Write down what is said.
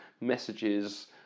messages